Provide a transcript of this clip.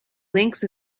links